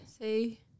see